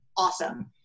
Awesome